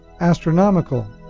astronomical